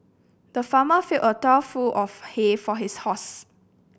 the farmer filled a trough full of hay for his horse